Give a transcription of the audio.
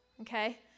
okay